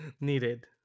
needed